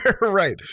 Right